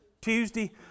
Tuesday